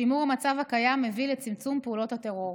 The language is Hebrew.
שימור המצב הקיים מביא לצמצום פעולות הטרור.